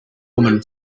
woman